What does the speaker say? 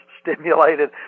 stimulated